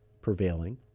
prevailing